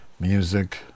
Music